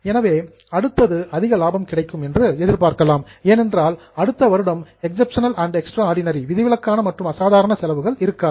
எனவே அடுத்து அதிக லாபம் கிடைக்கும் என்று எதிர்பார்க்கலாம் ஏனென்றால் அடுத்த வருடம் எக்சப்ஷனல் அண்ட் எக்ஸ்ட்ராடினரி விதிவிலக்கான மற்றும் அசாதாரண செலவுகள் இருக்காது